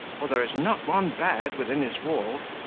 for there is not one bed within his walls.